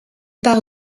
part